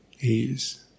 ease